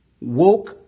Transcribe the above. woke